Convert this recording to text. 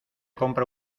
compra